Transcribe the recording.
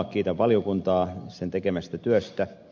kiitän valiokuntaa sen tekemästä työstä